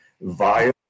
via